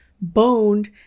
boned